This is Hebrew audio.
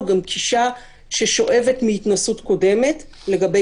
הוא גם גישה ששואבת מהתנסות קודמת לגבי